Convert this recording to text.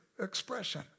expression